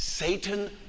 Satan